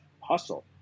hustle